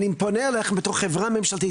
אני פונה אליכם כחברה ממשלתית